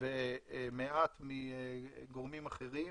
מתמר ומעט מגורמים אחרים,